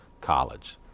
college